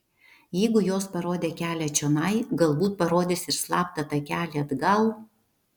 jeigu jos parodė kelią čionai galbūt parodys ir slaptą takelį atgal